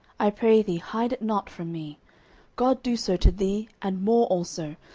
i pray thee hide it not from me god do so to thee, and more also,